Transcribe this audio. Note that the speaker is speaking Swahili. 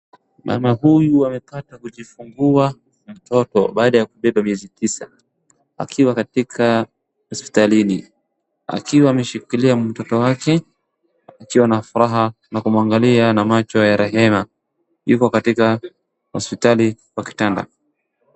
Mama huyu amepata kujifungua mtoto baada ya kubeba miezi tisa, akiwa katika hospitalini akiwa ameshikilia mtoto wake akiwa na furaha na kumwanagalia na macho ya rehema. Yuko katika hoapitali kwa kitanda.